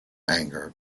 anger